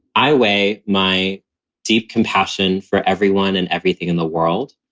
i weigh my deep compassion for everyone and everything in the world.